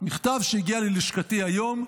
מכתב שהגיע ללשכתי היום.